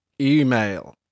email